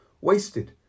wasted